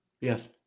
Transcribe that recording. Yes